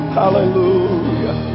hallelujah